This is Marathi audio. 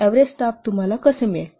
एव्हरेज स्टाफ तुम्हाला कसे मिळेल